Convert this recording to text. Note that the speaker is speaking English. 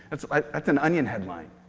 that's like that's an onion headline,